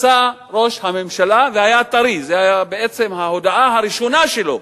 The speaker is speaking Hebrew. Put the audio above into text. יצא ראש הממשלה, זה היה טרי, זה בעצם ההודעה שלו,